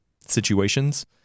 situations